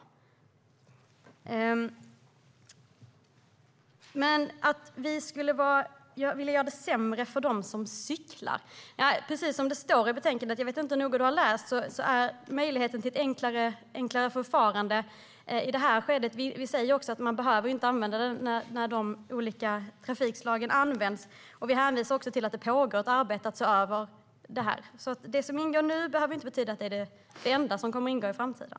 Robert Hannah säger att vi skulle vilja göra det sämre för dem som cyklar. Jag vet inte hur noga du har läst betänkandet, men precis som det står handlar det om möjligheten till ett enklare förfarande i det här skedet. Vi säger också att man inte behöver använda det för de olika trafikslagen. Vi hänvisar även till att det pågår ett arbete med att se över detta. Det som ingår nu behöver alltså inte betyda att det är det enda som kommer att ingå i framtiden.